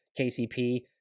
KCP